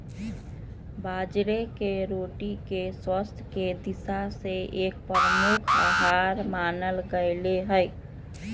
बाजरे के रोटी के स्वास्थ्य के दिशा से एक प्रमुख आहार मानल गयले है